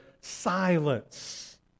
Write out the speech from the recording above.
silence